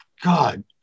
God